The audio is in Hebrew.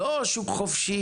לא להגיד: שוק חופשי,